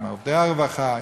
עובדי הרווחה,